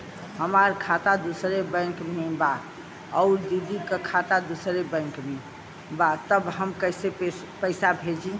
हमार खाता दूसरे बैंक में बा अउर दीदी का खाता दूसरे बैंक में बा तब हम कैसे पैसा भेजी?